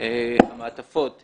המעטפות הגיעו.